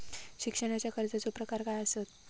शिक्षणाच्या कर्जाचो प्रकार काय आसत?